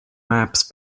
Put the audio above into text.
maps